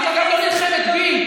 אגב, את לא נלחמת בי.